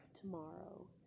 tomorrow